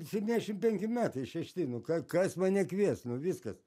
septyniasdešimt penki metai šešti nu ką kas mane kvies nu viskas